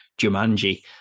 Jumanji